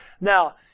Now